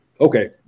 okay